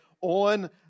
on